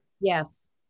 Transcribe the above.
Yes